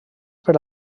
per